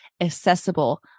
accessible